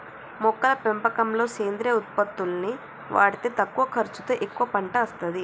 మొక్కల పెంపకంలో సేంద్రియ ఉత్పత్తుల్ని వాడితే తక్కువ ఖర్చుతో ఎక్కువ పంట అస్తది